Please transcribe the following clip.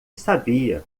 sabia